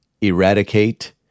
eradicate